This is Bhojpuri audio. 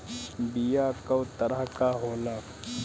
बीया कव तरह क होला?